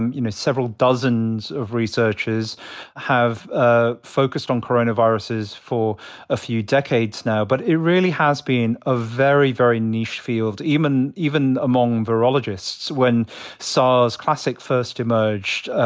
um you know, several dozens of researchers have ah focused on coronaviruses for a few decades now. but it really has been a very, very niche field, even even among virologists. when sars classic first emerged,